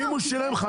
אם הוא שילם 5